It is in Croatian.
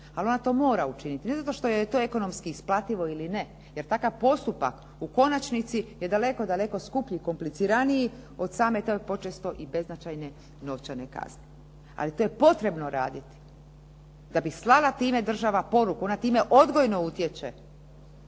Ali ona to mora učiniti, ne zato što joj je to ekonomski isplativo ili ne, jer takav postupak u konačnici je daleko, daleko skuplji, kompliciraniji od same te počesto i beznačajne novčane kazne, ali to je potrebno raditi da bi slala time država poruku. Ona time odgojno utječe